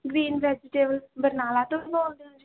ਬੀਨ vegetable Barnala ਤੋਂ ਬੋਲਦੇ ਹੋ ਜੀ